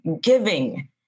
Giving